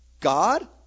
God